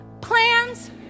plans